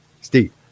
Steve